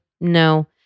no